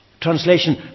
Translation